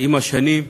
עם השנים.